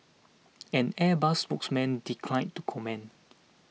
an Airbus spokesman declined to comment